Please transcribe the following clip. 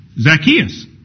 Zacchaeus